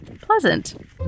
pleasant